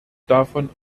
davon